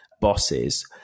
bosses